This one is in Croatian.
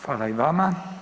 Hvala i vama.